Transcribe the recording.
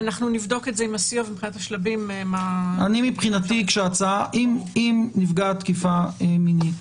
אנחנו נבדוק את זה עם הסיוע ומבחינת השלבים --- אם נפגעת תקיפה מינית